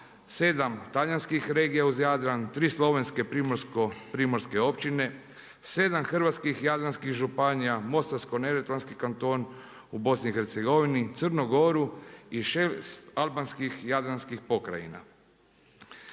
7 talijanskih regija uz Jadran, 3 slovenske primorske općine, 7 hrvatskih jadranskih županija, mostarsko-neretvanski kanton u BiH, Crnu Goru i 6 albanskih Jadranskih pokrajina.